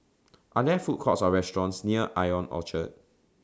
Are There Food Courts Or restaurants near I O N Orchard